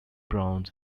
browns